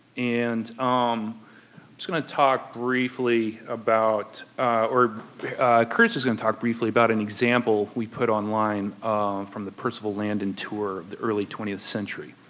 and i'm um just going to talk briefly about or curtis is going to talk briefly about an example we put online from the perceval landon tour the early twentieth century.